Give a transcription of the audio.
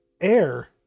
air